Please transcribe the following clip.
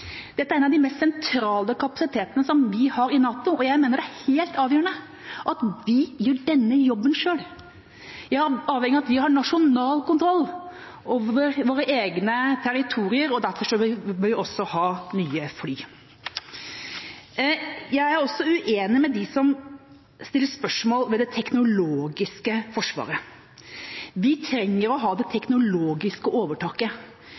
Dette er en av de mest sentrale kapasitetene som vi har i NATO, og jeg mener det er helt avgjørende at vi gjør denne jobben selv. Vi er avhengig av at vi har nasjonal kontroll over våre egne territorier, derfor vil vi også ha nye fly. Jeg er også uenig med dem som stiller spørsmål ved det teknologiske forsvaret. Vi trenger å ha det teknologiske overtaket.